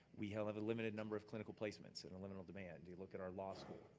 we have have a limited number of clinical placements and a limited demand. do you look at our law school?